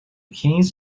kings